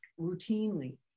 routinely